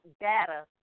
data